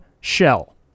shell